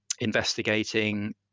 investigating